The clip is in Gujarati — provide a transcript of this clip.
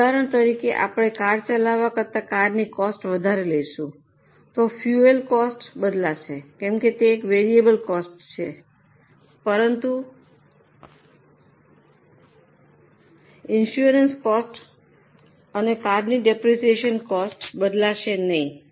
ઉદાહરણ તરીકે આપણે કાર ચલાવવા કરતા કારની કોસ્ટ વધારે લઈશું તો ફુએલ કોસ્ટ બદલાશે કેમ કે તે એક વેરિયેબલ કોસ્ટ છે પરંતુ ઈન્સુરન્સ કોસ્ટ અને કારની ડેપ્રિસિએશન કોસ્ટ બદલાશે નહીં